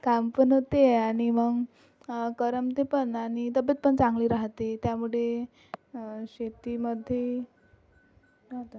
काम पण होते आणि मग करमते पण आणि तब्येत पण चांगली राहते त्यामुळे शेतीमध्ये